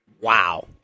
Wow